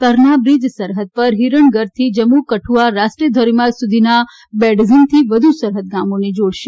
Tarnah bridge સરહદ પર હિરણગરથી જમ્મુ કઠુઆ રાષ્ટ્રીય ધોરીમાર્ગ સુધીના બે ડઝનથી વધુ સરહદ ગામોને જોડશે